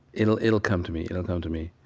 it'll it'll come to me. it'll come to me.